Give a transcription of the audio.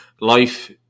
Life